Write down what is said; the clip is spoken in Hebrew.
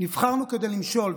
נבחרנו כדי למשול,